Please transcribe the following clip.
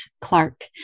Clark